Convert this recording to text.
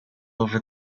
over